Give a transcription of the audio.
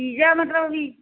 ਠੀਕ ਆ ਮਤਲਬ ਬਈ